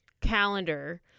calendar